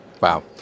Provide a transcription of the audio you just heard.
Wow